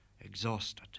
exhausted